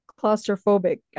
claustrophobic